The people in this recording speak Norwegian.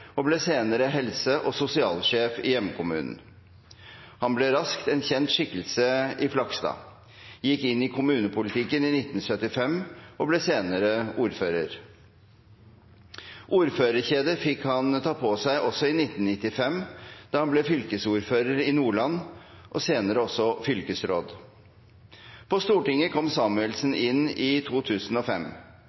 og ble senere helse- og sosialsjef i hjemkommunen. Han ble raskt en kjent skikkelse i Flakstad, gikk inn i kommunepolitikken i 1975 og ble senere ordfører. Ordførerkjedet fikk han ta på seg også i 1995, da han ble fylkesordfører i Nordland, og senere også fylkesråd. På Stortinget kom Samuelsen inn i 2005.